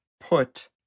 put